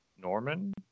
Norman